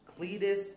Cletus